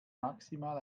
maximal